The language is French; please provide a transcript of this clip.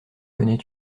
connais